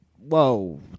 whoa